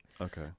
Okay